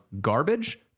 garbage